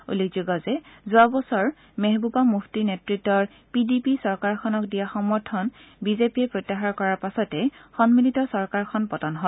উল্লেখ্য যে যোৱা বছৰ মেহবুবা মুফতিৰ নেতৃতৰ পি ডি পি চৰকাৰক দিয়া সমৰ্থন বি জে পিয়ে প্ৰত্যাহাৰ কৰাৰ পাছতে সম্মিলিত চৰকাৰখন পতন হয়